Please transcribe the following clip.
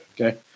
Okay